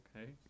Okay